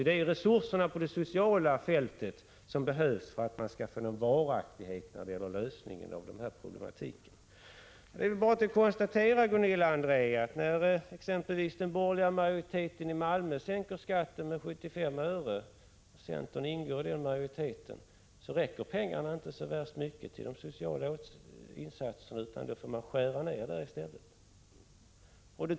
Det är resurserna på det sociala fältet som behövs för att man skall få någon varaktighet när det gäller lösningen av den här problematiken. Det är bara att konstatera, Gunilla André, att när exempelvis den borgerliga majoriteten i Malmö sänker skatten med 75 öre — och centern ingår i den majoriteten — räcker pengarna inte till så värst mycket sociala insatser, utan man får skära ned i stället.